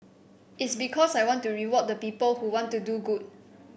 it's because I want to reward the people who want to do good